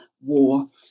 war